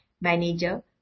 Manager